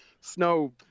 snow